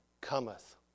cometh